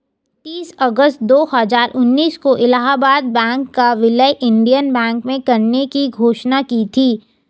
तीस अगस्त दो हजार उन्नीस को इलाहबाद बैंक का विलय इंडियन बैंक में करने की घोषणा की थी